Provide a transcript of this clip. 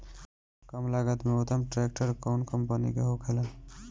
कम लागत में उत्तम ट्रैक्टर कउन कम्पनी के होखेला?